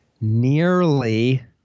nearly